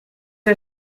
are